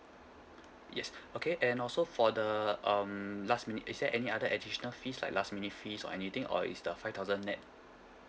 yes okay and also for the um last minute is there any other additional fees like last minute fees or anything or is the five thousand net